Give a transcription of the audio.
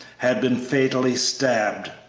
had been fatally stabbed.